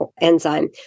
enzyme